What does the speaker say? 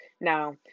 Now